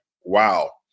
wow